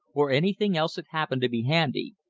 or anything else that happened to be handy,